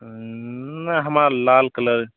नहि हमरा लाल कलर